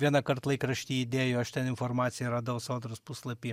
vienąkart laikrašty įdėjo aš ten informaciją radau sodros puslapy